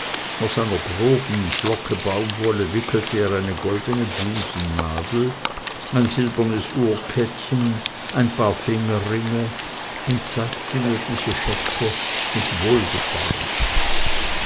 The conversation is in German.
aus einer großen flocke baumwolle wickelte er eine goldene busennadel ein silbernes uhrkettchen ein paar fingerringe und zeigte mir diese schätze mit wohlgefallen